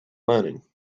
learning